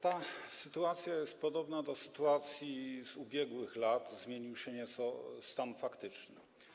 Ta sytuacja jest podobna do sytuacji z ubiegłych lat, zmienił się nieco stan faktyczny.